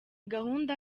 gahunda